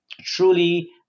truly